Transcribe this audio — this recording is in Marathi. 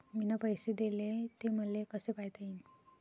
मिन पैसे देले, ते मले कसे पायता येईन?